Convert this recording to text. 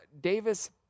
Davis